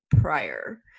prior